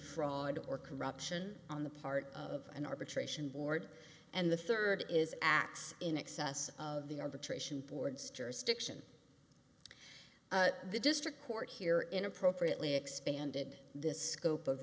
fraud or corruption on the part of an arbitration board and the third is acts in excess of the arbitration board's jurisdiction the district court here in appropriately expanded this scope of